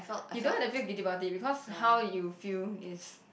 you don't have to feel guilty about it because how you feel is